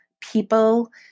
people